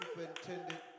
superintendent